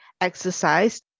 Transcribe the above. exercise